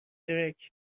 درکاینجا